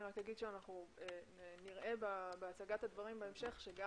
אני רק אגיד שאנחנו נראה בהצגת הדברים בהמשך שגם